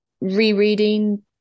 rereading